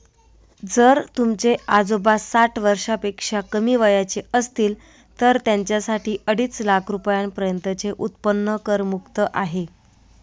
जर तुमचे आजोबा साठ वर्षापेक्षा कमी वयाचे असतील तर त्यांच्यासाठी अडीच लाख रुपयांपर्यंतचे उत्पन्न करमुक्त आहे